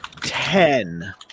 ten